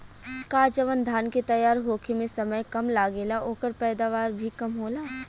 का जवन धान के तैयार होखे में समय कम लागेला ओकर पैदवार भी कम होला?